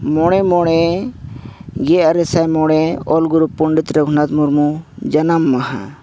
ᱢᱚᱬᱮ ᱢᱚᱬᱮ ᱜᱮ ᱟᱨᱮ ᱥᱟᱭ ᱢᱚᱬᱮ ᱚᱞ ᱜᱩᱨᱩ ᱯᱚᱱᱰᱤᱛ ᱨᱟᱹᱜᱷᱩᱱᱟᱛ ᱢᱩᱨᱢᱩ ᱡᱟᱱᱟᱢ ᱢᱟᱦᱟ